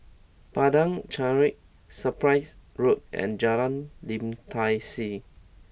Padang Chancery Cyprus Road and Jalan Lim Tai See